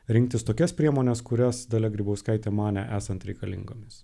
rinktis tokias priemones kurias dalia grybauskaitė manė esant reikalingomis